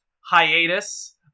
hiatus